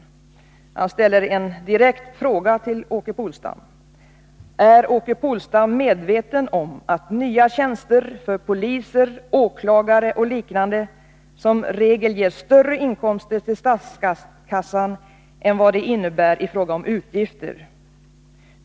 Han ställer en direkt fråga till Åke Polstam: ”Är Åke Polstam medveten om att nya tjänster för poliser, åklagare och liknande som regel ger större inkomster till statskassan än vad de innebär i fråga om utgifter?